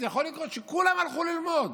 זה יכול לקרות שכולם הלכו ללמוד.